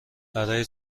برای